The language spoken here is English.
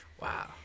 Wow